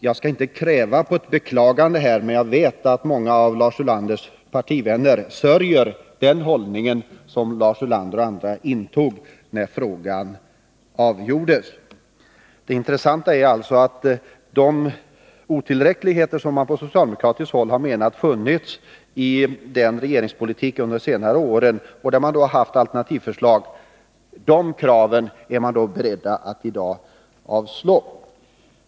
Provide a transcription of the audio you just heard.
Jag skall inte kräva honom på ett beklagande, men jag vet att många av Lars Ulanders partivänner sörjer den hållning som Lars Ulander och andra intog när frågan avgjordes. Det intressanta är att de otillräckligheter som man på socialdemokratiskt håll har menat funnits i regeringspolitiken under senare år och där man haft alternativa förslag är man i dag beredd att bortse från.